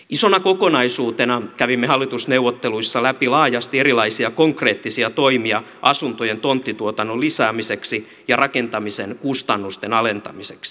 isona kokonaisuutena kävimme hallitusneuvotteluissa läpi laajasti erilaisia konkreettisia toimia asuntojen tonttituotannon lisäämiseksi ja rakentamisen kustannusten alentamiseksi